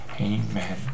Amen